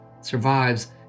survives